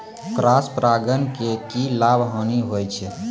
Cross परागण के की लाभ, हानि होय छै?